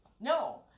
no